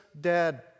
dead